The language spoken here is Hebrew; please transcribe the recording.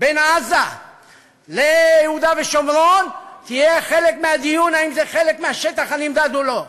עזה ויהודה ושומרון יהיה חלק מהדיון אם זה חלק מהשטח הנמדד או לא.